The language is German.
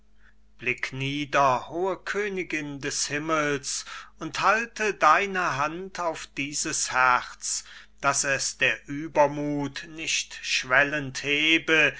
nieder hohe königin des himmels und halte deine hand auf dieses herz daß es der übermuth nicht schwellend hebe